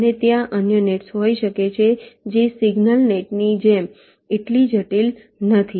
અને ત્યાં અન્ય નેટ્સ હોઈ શકે છે જે સિગ્નલ નેટની જેમ એટલી જટિલ નથી